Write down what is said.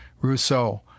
Rousseau